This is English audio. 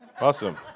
awesome